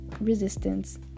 resistance